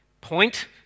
point